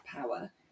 power